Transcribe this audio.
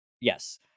Yes